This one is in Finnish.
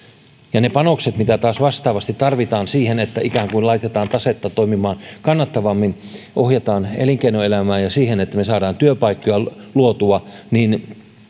ja ne panokset mitä taas vastaavasti tarvitaan siihen että ikään kuin laitetaan tasetta toimimaan kannattavammin ohjataan elinkeinoelämään ja siihen että me saamme työpaikkoja luotua